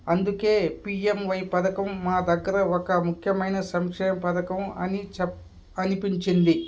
అందుకే పిఎంవై పథకం మా దగ్గర ఒక ముఖ్యమైన సంక్ష పథకం అని చెప్ అనిపించింది